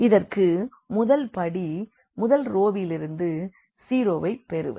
இதற்கு முதல் படி முதல் ரோவிலிருந்து 0 வை பெறுவது